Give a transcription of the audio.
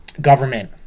government